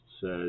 says